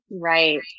Right